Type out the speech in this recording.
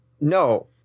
No